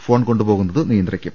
phone കൊണ്ടുപോകുന്നത് നിയ ന്ത്രിക്കും